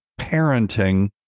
parenting